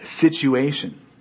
situation